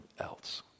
else